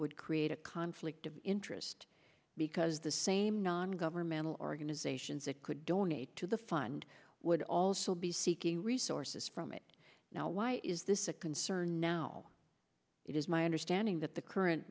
would create a conflict of interest because the same non governmental organizations that could donate to the fund would also be seeking resources from it now why is this a concern now it is my understanding that the current